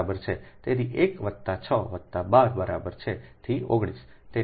તેથી 1 વત્તા 6 વત્તા 12 બરાબર છે થી 19